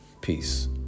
Peace